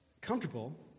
comfortable